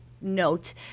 note